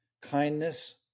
kindness